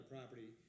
property